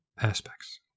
aspects